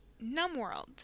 Numworld